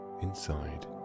inside